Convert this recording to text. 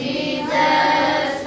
Jesus